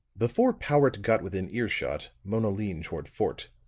before powart got within ear-shot, mona leaned toward fort.